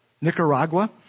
Nicaragua